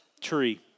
tree